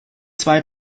zwei